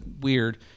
weird